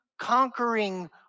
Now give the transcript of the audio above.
conquering